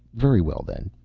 very well, then.